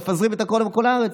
מפזרים את הכול בכל הארץ.